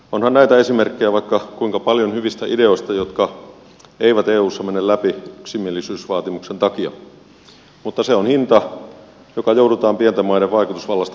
onhan näitä esimerkkejä vaikka kuinka paljon hyvistä ideoista jotka eivät eussa mene läpi yksimielisyysvaatimuksen takia mutta se on hinta joka joudutaan pienten maiden vaikutusvallasta maksamaan